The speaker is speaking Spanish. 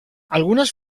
algunas